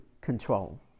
control